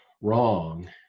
wrong